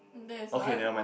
that is what